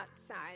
outside